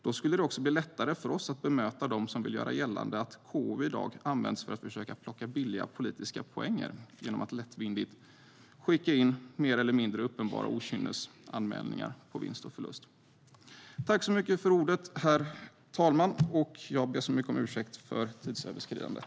Då skulle det också bli lättare för oss att bemöta dem som vill göra gällande att KU i dag används för att försöka plocka billiga politiska poänger genom att lite lättvindigt slänga in mer eller mindre uppenbara okynnesanmälningar på vinst och förlust. Jag tackar för ordet, herr talman, och ber så mycket om ursäkt för tidsöverskridandet.